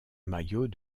maillot